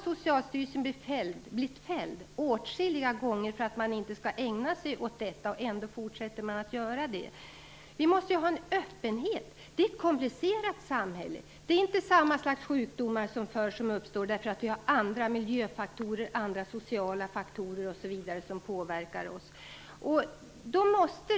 Socialstyrelsen har åtskilliga gånger blivit fälld för att den ägnar sig åt detta, men ändå fortsätter den att göra det. Vi måste ha en öppenhet. Vårt samhälle är komplicerat. Vi drabbas i dag inte av samma slags sjukdomar som förr, eftersom det är andra miljöfaktorer, sociala faktorer osv. som påverkar oss.